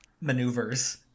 maneuvers